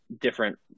different